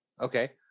Okay